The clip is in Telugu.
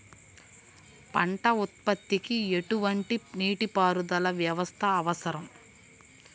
పంట ఉత్పత్తికి ఎటువంటి నీటిపారుదల వ్యవస్థ అవసరం?